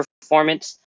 performance